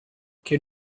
che